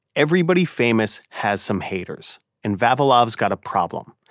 everybody famous has some haters and vavilov has got a problem.